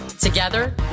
Together